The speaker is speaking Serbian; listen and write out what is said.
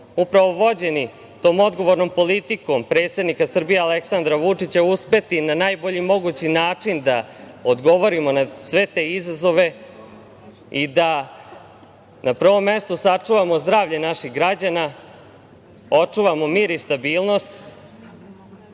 upravo vođeni tom odgovornom politikom predsednika Srbije Aleksandra Vučića, uspeti na najbolji mogući način da odgovorimo na sve te izazove i da na prvom mestu sačuvamo zdravlje naših građana, očuvamo mir i stabilnost,